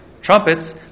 trumpets